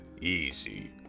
easy